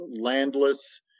landless